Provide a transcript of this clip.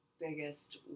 biggest